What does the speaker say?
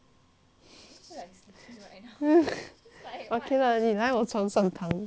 okay lah 你来我床上躺